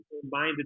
combine